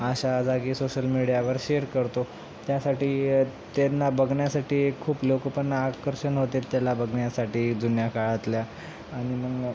अशा जागी सोशल मीडियावर शेअर करतो त्यासाठी त्यांना बघण्यासाठी खूप लोक पण आकर्षण होतात त्याला बघण्यासाठी जुन्या काळातल्या आणि मग